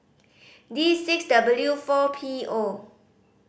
D six W four P O